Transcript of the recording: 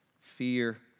fear